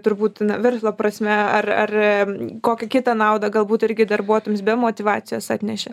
turbūt na verslo prasme ar ar kokią kitą naudą galbūt irgi darbuotojams be motyvacijos atnešė